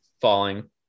falling